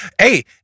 Hey